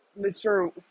Mr